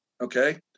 okay